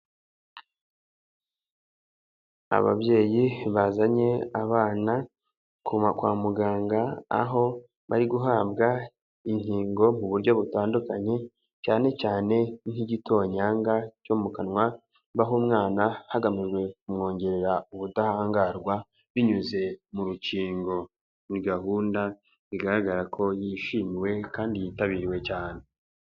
Ababyeyi bazanye abana kwa muganga aho bari guhabwa inkingo mu buryo butandukanye cyane cyane nk'igitonyanga cyo mu kanwa baha umwana hagamijwe ku mwongerera ubudahangarwa, binyuze mu rukingo muri gahunda bigaragara ko yishimiwe kandi yitabiriwe cyane.